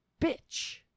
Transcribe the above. bitch